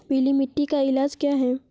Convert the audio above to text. पीली मिट्टी का इलाज क्या है?